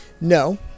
No